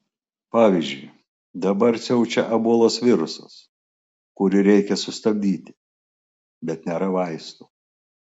pavyzdžiui dabar siaučia ebolos virusas kurį reikia sustabdyti bet nėra vaistų